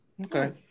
okay